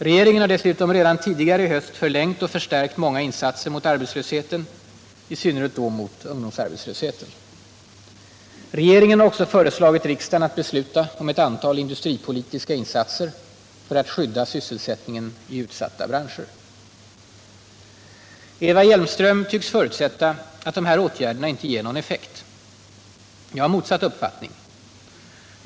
Regeringen har dessutom redan tidigare i höst förlängt och förstärkt många insatser mot arbetslösheten, i synnerhet då mot ungdomsarbetslösheten. Regeringen har också föreslagit riksdagen att besluta om ett antal industripolitiska insatser för att skydda sysselsättningen i utsatta branscher. Eva Hjelmström tycks förutsätta att dessa åtgärder inte ger någon effekt. Jag har motsatt uppfattning.